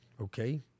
Okay